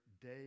day